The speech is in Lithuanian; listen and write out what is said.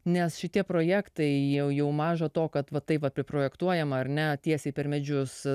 nes šitie projektai jau maža to kad va taip apie projektuojamą ar ne tiesiai per medžius